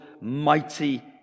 mighty